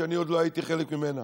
שאני עוד לא הייתי חלק ממנה,